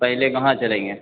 पहले कहाँ चलेंगे